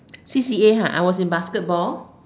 C_C_A ha I was in basketball